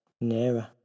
nearer